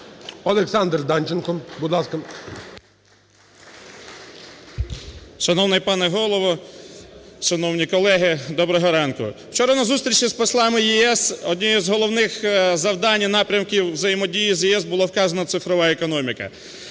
Олександр Данченко, будь ласка.